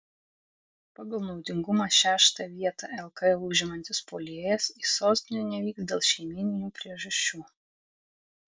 pagal naudingumą šeštą vietą lkl užimantis puolėjas į sostinę nevyks dėl šeimyninių priežasčių